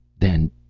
then,